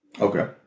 Okay